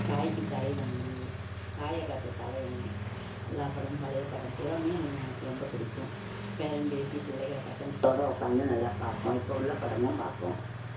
தாய்க்கு தலை வணங்கு தாயை காத்த தலைவன் எல்லா படம் பழைய படம் பூறாவுமே எனக்கு நான் எனக்கு ரொம்ப பிடிக்கும் பேரன் பேத்தி பிள்ளைகள் பசங்க கூட உட்காந்து நல்லா பார்ப்போம் இப்போ உள்ள படமும் பார்ப்போம்